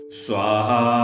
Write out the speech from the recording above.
swaha